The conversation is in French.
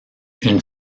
une